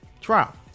trial